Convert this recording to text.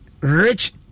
rich